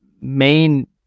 main